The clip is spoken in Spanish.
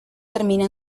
termina